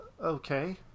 Okay